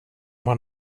har